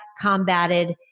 combated